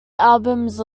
albums